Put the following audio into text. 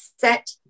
set